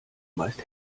meist